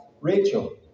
Rachel